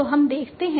तो हम देखते हैं